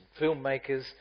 filmmakers